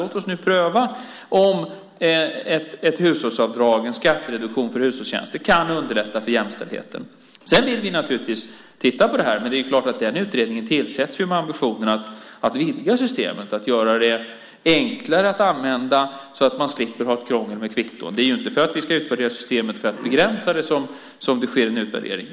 Låt oss nu pröva om ett hushållsavdrag - en skattereduktion för hushållstjänster - kan underlätta för jämställdheten! Vi vill titta på det här, men det är klart att utredningen tillsätts med ambitionen att vidga systemet och göra det enklare att använda så att man slipper krångel med kvitton. Vi gör ju inte en utvärdering av systemet för att vi vill begränsa det.